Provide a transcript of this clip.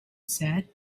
said